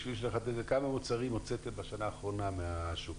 כמה מוצרים הוצאתם בשנה האחרונה מהשוק?